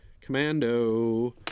commando